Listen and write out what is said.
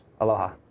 Aloha